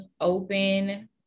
open